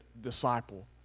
disciple